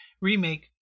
remake